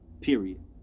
period